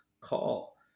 call